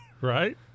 right